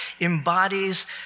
embodies